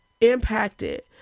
impacted